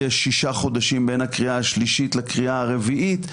יש שישה חודשים בין הקריאה השלישית לקריאה הרביעית.